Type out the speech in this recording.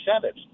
Senate